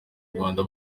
rwanda